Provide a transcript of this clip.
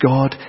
God